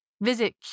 Visit